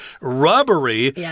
rubbery